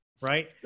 right